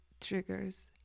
triggers